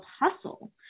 hustle